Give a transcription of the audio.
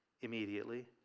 Immediately